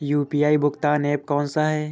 UPI भुगतान app कौन सा है?